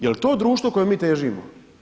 Je li to društvo kojem mi težimo?